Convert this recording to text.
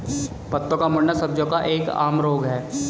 पत्तों का मुड़ना सब्जियों का एक आम रोग है